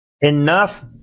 enough